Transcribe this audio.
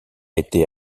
été